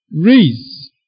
raise